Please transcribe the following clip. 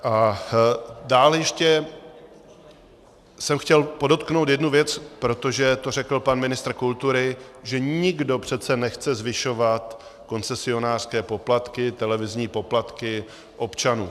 A dále ještě jsem chtěl podotknout jednu věc, protože to řekl pan ministr kultury, že nikdo přece nechce zvyšovat koncesionářské poplatky, televizní poplatky občanů.